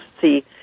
see